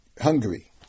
Hungary